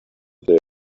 there